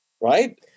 Right